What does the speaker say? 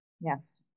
Yes